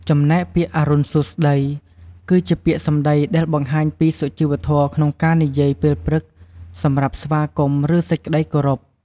ចំណែកពាក្យ"អរុណសួស្តី"គឺជាពាក្យសម្ដីដែលបង្ហាញពី សុជីវធម៌ក្នងការនិយាយពេលព្រឹក សម្រាប់ស្វាគមន៍ ឬសេចក្តីគោរព។